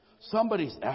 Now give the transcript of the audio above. somebody's